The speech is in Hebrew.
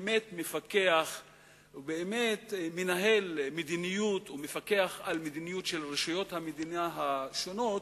באמת מפקח ובאמת מנהל מדיניות ומפקח על מדיניות של רשויות המדינה השונות